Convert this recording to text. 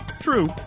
True